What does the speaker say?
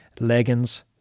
leggings